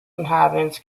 inhabitants